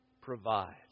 provide